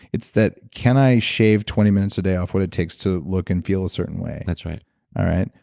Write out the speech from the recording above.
it's that can i shave twenty minutes a day off what it takes to look and feel a certain way? that's right all right?